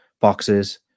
boxes